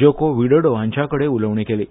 जोको Widodo हांच्याकडे उलोवणी केली